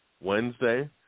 Wednesday